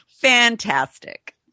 Fantastic